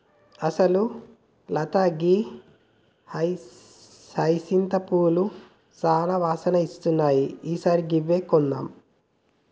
అసలు లత గీ హైసింత పూలు సానా వాసన ఇస్తున్నాయి ఈ సారి గివ్వే కొందాం